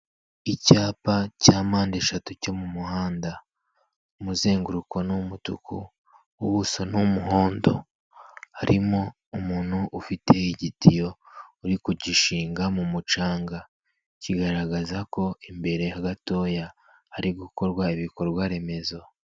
Icyapa cya mpandeshatu cyo mu muhanda. Umuzenguruko ni umutuku, ubuso ni umuhondo. Harimo umuntu ufite igitiyo, uri kugishinga mu mucanga. Kigaragaza ko imbere gatoya hari gukorwa ibikorwa remezo.